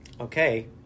Okay